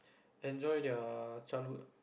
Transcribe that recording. enjoy their childhood